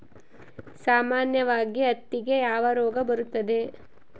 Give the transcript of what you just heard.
ಸಾಮಾನ್ಯವಾಗಿ ಹತ್ತಿಗೆ ಯಾವ ರೋಗ ಬರುತ್ತದೆ?